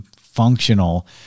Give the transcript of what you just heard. functional